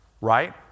Right